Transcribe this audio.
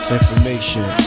Information